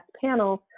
panels